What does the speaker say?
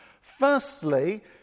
Firstly